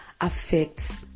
affects